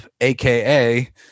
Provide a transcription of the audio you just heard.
AKA